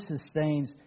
sustains